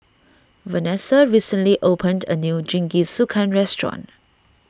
Vanesa recently opened a new Jingisukan restaurant